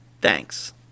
Thanks